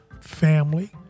family